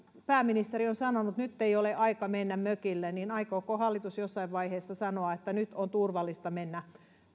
pääministeri on sanonut että nyt ei ole aika mennä mökille niin aikooko hallitus jossain vaiheessa sanoa että nyt on turvallista mennä